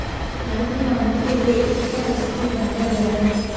भारत में वानिकी के लिए एक शिक्षा परिषद भी बनाया गया है